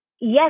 Yes